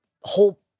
whole